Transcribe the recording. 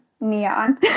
Neon